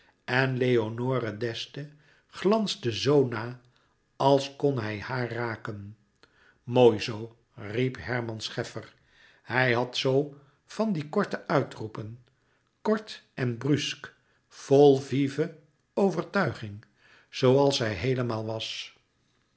en leonore d'este glansde zoo na als kon hij haar raken louis couperus metamorfoze mooi zoo riep herman scheffer hij had zoo van die korte uitroepen kort en brusk vol vive overtuiging zooals hij heelemaal was